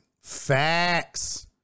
Facts